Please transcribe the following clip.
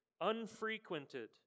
unfrequented